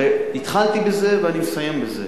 הרי התחלתי בזה ואני מסיים בזה,